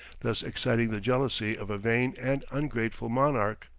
thus exciting the jealousy of a vain and ungrateful monarch.